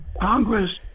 Congress